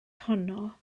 honno